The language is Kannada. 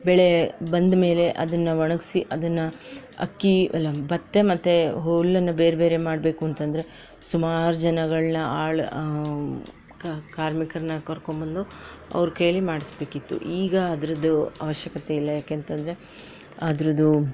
ಬೆಳೆ ಬಂದ ಮೇಲೆ ಅದನ್ನು ಒಣಗಿಸಿ ಅದನ್ನು ಅಕ್ಕಿ ಅಲ್ಲ ಭತ್ತ ಮತ್ತು ಹುಲ್ಲನ್ನು ಬೇರೆ ಬೇರೆ ಮಾಡಬೇಕೂಂತಂದ್ರೆ ಸುಮಾರು ಜನಗಳನ್ನ ಆಳು ಕಾರ್ಮಿಕರನ್ನ ಕರ್ಕೊಂಡ್ಬಂದು ಅವ್ರ ಕೈಲಿ ಮಾಡಿಸ್ಬೇಕಿತ್ತು ಈಗ ಅದರದ್ದು ಅವಶ್ಯಕತೆ ಇಲ್ಲ ಯಾಕೆಂತಂದರೆ ಅದರದ್ದು